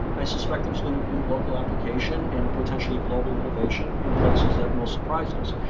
i suspect there is going to be local application and potentially global innovation in places that will surprise us.